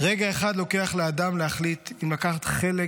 רגע אחד לוקח לאדם להחליט אם לקחת חלק